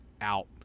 out